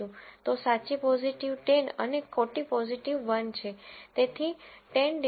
તો સાચી પોઝીટિવ 10 છે અને ખોટી પોઝીટિવ 1 છે